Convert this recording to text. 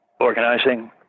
organizing